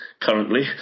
currently